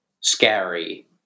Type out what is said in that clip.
scary